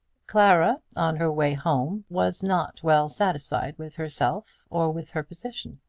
clara on her way home was not well satisfied with herself or with her position.